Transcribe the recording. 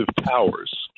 powers